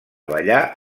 ballar